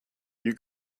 you